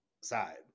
side